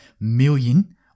million